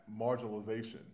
marginalization